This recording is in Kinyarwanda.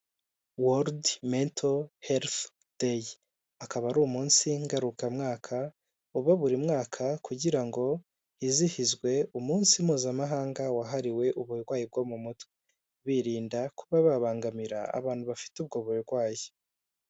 World mental health day. Akaba ari umunsi ngaruka mwaka uba buri mwaka, kugira ngo hizihizwe umunsi mpuzamahanga wahariwe uburwayi bwo mu mutwe. Birinda kuba babangamira abantu bafite ubwo burwayi.